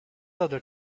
other